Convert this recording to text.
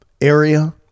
area